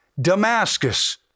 Damascus